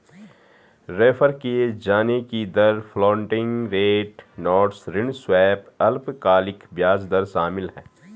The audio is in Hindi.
रेफर किये जाने की दर फ्लोटिंग रेट नोट्स ऋण स्वैप अल्पकालिक ब्याज दर शामिल है